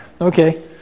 Okay